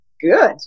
good